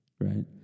right